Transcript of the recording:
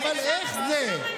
איך זה?